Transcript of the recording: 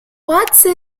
watson